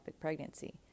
pregnancy